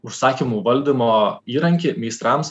užsakymų valdymo įrankį meistrams